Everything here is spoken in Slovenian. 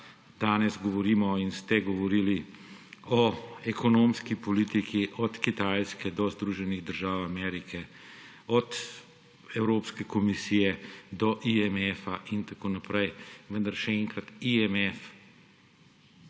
danes govorimo in ste govorili o ekonomski politiki od Kitajske do Združenih držav Amerike, od Evropske komisije do IMF in tako naprej; vendar še enkrat, IMF